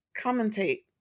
commentate